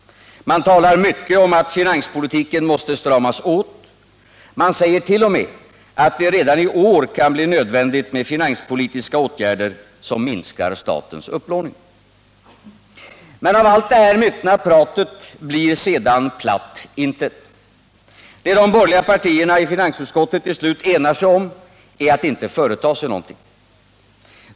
Man talar mycket om att finanspolitiken måste stramas åt. Man säger t.o.m. att det redan i år kan bli nödvändigt med finanspolitiska åtgärder, som minskar statens upplåning. Men av allt det här myckna pratet blir sedan platt intet. Det de borgerliga partierna i finansutskottet till slut enar sig om är att inte företa sig någonting.